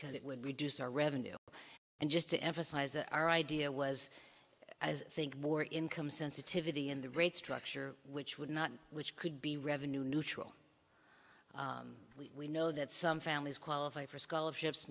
because it would reduce our revenue and just to emphasize our idea was as think more income sensitivity in the rate structure which would not which could be revenue neutral we know that some families qualify for scholarships